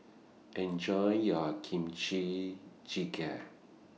Enjoy your Kimchi Jjigae